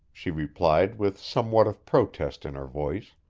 she replied with somewhat of protest in her voice,